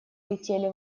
летели